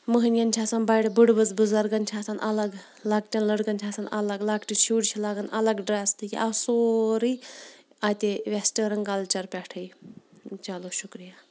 مٔہنِیَن چھِ آسان بَڈِ بٔڈٕ بُزرگَن چھِ آسان الگ لَکٹٮ۪ن لٔڑکَن چھِ آسان الگ لَکٹِس شُرۍ چھِ لاگان الگ ڈرٛٮ۪س تہٕ یہِ آو سورُے اَتے وٮ۪سٹٲرٕن کَلچَر پٮ۪ٹھٕے چلو شُکریا